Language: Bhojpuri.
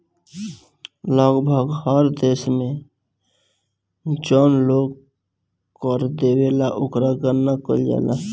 लगभग हर देश में जौन लोग कर देवेला ओकर गणना कईल जाला